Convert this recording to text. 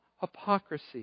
hypocrisy